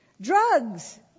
drugs